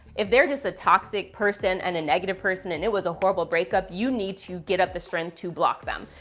if they're just a toxic person and a negative person, and it was a horrible breakup, you need to get up the strength to block them.